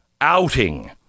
outing